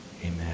amen